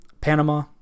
Panama